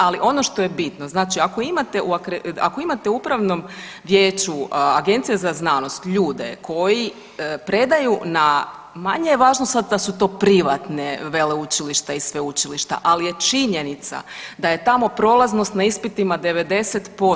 Ali ono što je bitno, ako imate u Upravnom vijeću Agencije za znanost ljude koji predaju na, manje sad to važno da su to privatna veleučilišta i sveučilišta, ali je činjenica da je tamo prolaznost na ispitima 90%